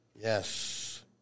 Yes